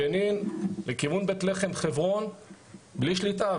ג'נין לכיוון בית לחם-חברון בלי שליטה,